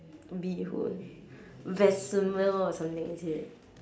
bee hoon vermicelli or something is it